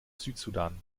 südsudan